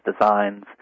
designs